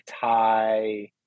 Thai